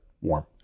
Warm